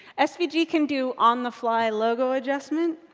ah svg yeah can do on the fly logo adjustment.